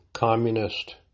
Communist